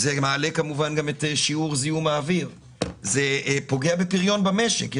מעלה את שיעור זיהום האוויר ופוגע בפריון במשק.